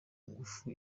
ngufu